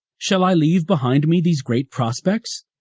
shall i leave behind me these great prospects?